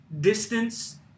Distance